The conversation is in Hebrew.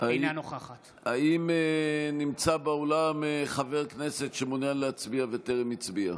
אינה נוכחת האם נמצא באולם חבר כנסת שמעוניין להצביע וטרם הצביע?